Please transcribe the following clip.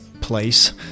place